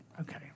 okay